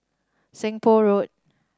Seng Poh Road